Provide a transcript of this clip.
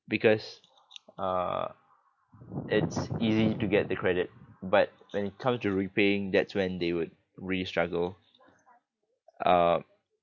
because uh it's easy to get the credit but when it comes to repaying that's when they would really struggle uh